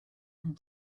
and